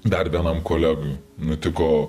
dar vienam kolegai nutiko